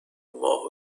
ماه